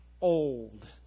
old